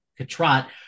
katrat